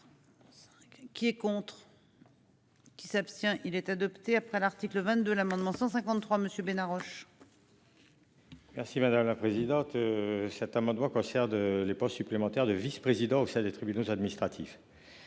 Qui est contre. Qui s'abstient il était adopté après l'article 22 l'amendement 153 monsieur Bena Roche. Merci madame la présidente. Cet amendement de des pas supplémentaires de vice-président que ça des tribunaux administratifs.